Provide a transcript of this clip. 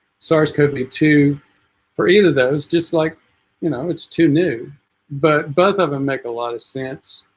source code me too for either those just like you know it's too new but both of them make a lot of sense